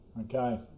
Okay